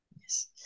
Yes